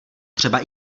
třeba